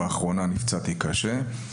כשבאחרונה נפצעתי קשה.